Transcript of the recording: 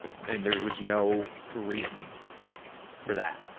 and and there was no reason for that.